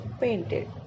painted